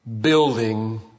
building